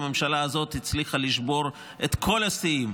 הממשלה הזאת הצליחה לשבור את כל השיאים